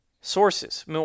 sources